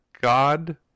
God